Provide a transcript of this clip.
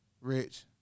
rich